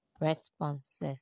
responses